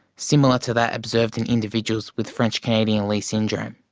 similar to that observed in individuals with french-canadian leigh syndrome.